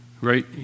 right